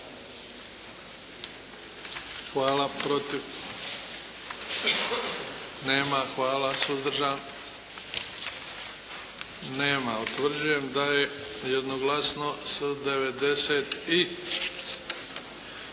Hvala. Protiv? Nema. Hvala. Suzdržan? Nema. Utvrđujem da je jednoglasno s 94